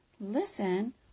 listen